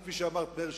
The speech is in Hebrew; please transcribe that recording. כפי שאמר מאיר שטרית,